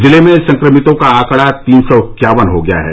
जिले में संक्रमितों का आंकड़ा तीन सौ इक्यावन हो गया है